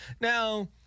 now